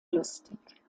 lustig